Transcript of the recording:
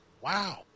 wow